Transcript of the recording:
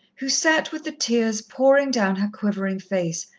who sat with the tears pouring down her quivering face,